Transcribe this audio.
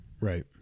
Right